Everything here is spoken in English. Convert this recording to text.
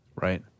Right